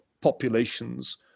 populations